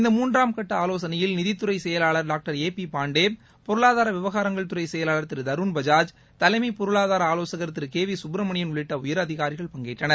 இந்த மூன்றாம் கட்ட ஆலோசனையில் நிதித்துறை செயலாளர் டாக்டர் ஏ பி பாண்டே பொருளாதார விவகாரத்துறை செயலாளர் திரு தருண் பஜாஜ் தலைமைப் பொருளாதார ஆவோசகர் திரு கே வி சுப்பிரமணியன் உள்ளிட்ட உயரதிகாரிகள் பங்கேற்றனர்